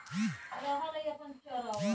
चार एकड़ जमीन में सरसों के बीया कितना लागी?